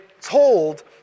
told